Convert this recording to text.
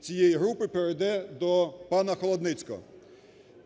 цієї групи перейде до пана Холодницького.